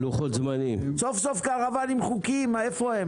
סוף סוף קרוואנים חוקיים, איפה הם?